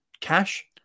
cash